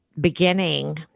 beginning